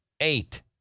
eight